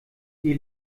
die